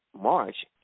march